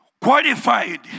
qualified